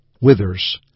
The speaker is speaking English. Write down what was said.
withers